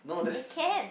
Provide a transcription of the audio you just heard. it can